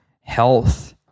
health